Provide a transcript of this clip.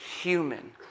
human